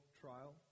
trial